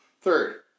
Third